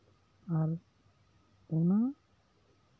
ᱟᱨ ᱚᱱᱟ